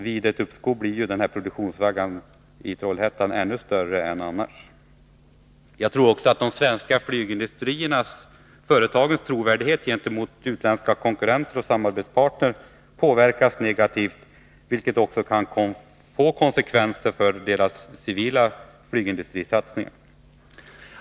Vid ett uppskov blir produktionssvackan i Trollhättan ännu större än annars. Jag tror att de svenska flygindustriföretagens trovärdighet gentemot utländska samarbetspartner påverkas negativt, vilket också kan få konsekvenser för deras civila flygindustrisatsningar.